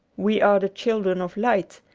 we are the children of light,